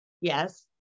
Yes